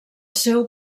seu